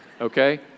okay